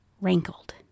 rankled